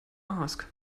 ask